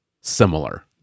similar